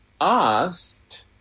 asked